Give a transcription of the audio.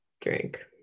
drink